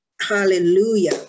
Hallelujah